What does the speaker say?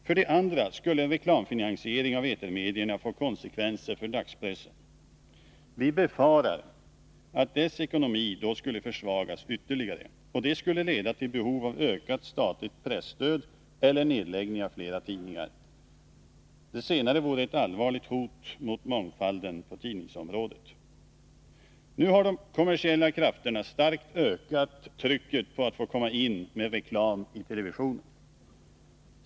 För det andra skulle reklamfinansiering av etermedierna få konsekvenser för dagspressen. Vi befarar att dess ekonomi då skulle försvagas ytterligare. Det skulle leda till behov av ökat statligt presstöd eller nedläggning av flera tidningar. Det senare vore ett allvarligt hot mot mångfalden på tidningsområdet. Nu har de kommersiella krafterna starkt ökat trycket på att få komma in med reklam i TV.